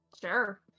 Sure